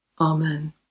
Amen